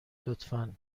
لطفا